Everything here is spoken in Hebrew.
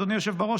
אדוני היושב בראש,